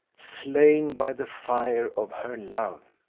slain by the fire of her love,